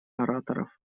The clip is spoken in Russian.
ораторов